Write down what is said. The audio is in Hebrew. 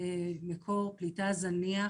מקור פליטה זניח.